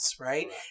Right